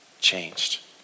changed